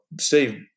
Steve